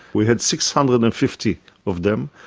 we had six hundred and fifty of them.